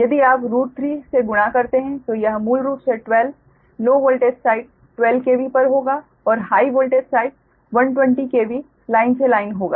यदि आप √3 से गुणा करते हैं तो यह मूल रूप से 12 लो वोल्टेज साइड 12 KV पर होगा और high voltage side 120 KV line से लाइन होगा